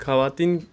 خواتین